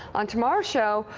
on tomorrow's show,